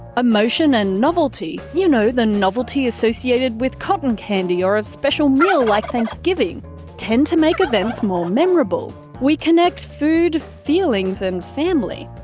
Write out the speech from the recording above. emotion and novelty you know, the novelty associated with cotton candy or a special meal like thanksgiving tend to make events more memorable. we connect food, feelings and family.